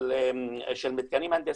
של מתקנים הנדסיים,